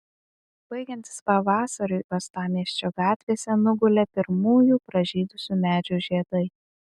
baigiantis pavasariui uostamiesčio gatvėse nugulė pirmųjų pražydusių medžių žiedai